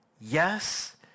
Yes